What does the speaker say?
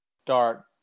start